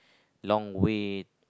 long way